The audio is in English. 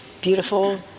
beautiful